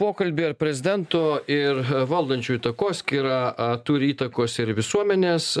pokalbį ar prezidento ir valdančiųjų takoskyra turi įtakos ir visuomenės